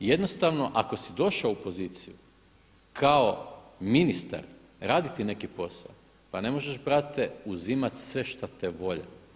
Jednostavno ako si došao u poziciju kao ministar raditi neki posao, pa ne možeš brate uzimati sve šta te volja.